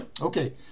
Okay